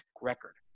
record